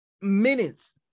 minutes